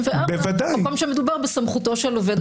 במקום שמדובר בסמכותו של עובד הציבור.